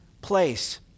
place